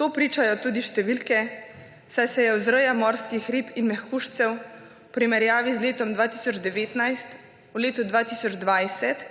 To pričajo tudi številke, saj se je vzreja morskih rib in mehkužcev v primerjavi z letom 2019 v letu 2020